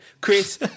Chris